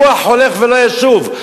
רוח הולך ולא ישוב.